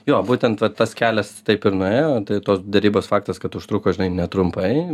jo būtent vat tas kelias taip ir nuėjo tai tos derybos faktas kad užtruko žinai netrumpai